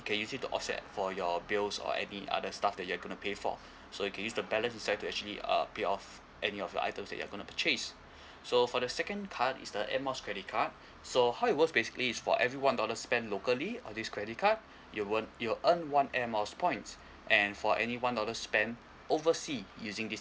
can use it to offset for your bills or any other stuff that you're going to pay for so you can use the balance inside to actually uh paid off any of the items that you're going to purchase so for the second card is the air miles credit card so how it works is basically for every one dollar spent locally on this credit card you won't you will earn one air miles point and for any one dollar spent oversea using this air